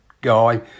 guy